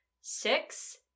Six